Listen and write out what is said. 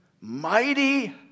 mighty